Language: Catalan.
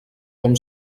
com